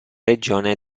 regione